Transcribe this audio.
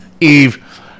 Eve